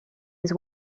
his